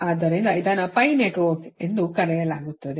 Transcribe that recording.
ಆದ್ದರಿಂದ ಇದನ್ನು ನೆಟ್ವರ್ಕ್ ಎಂದು ಕರೆಯಲಾಗುತ್ತದೆ